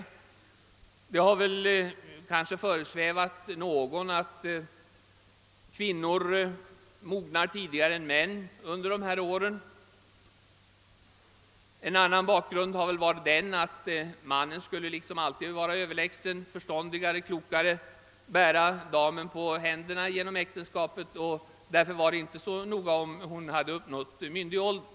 Kanske har den tanken spelat in att kvinnor mognar tidigare än män i här aktuella år. En annan bakgrund kan ha varit att mannen liksom skulle vara Överlägsen, d. v. s. förståndigare och klokare. Han skulle bära hustrun på händerna genom äktenskapet. Med denna syn vore det inte så viktigt, att hustrun hade uppnått myndig ålder.